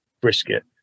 brisket